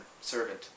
servant